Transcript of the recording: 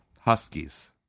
Huskies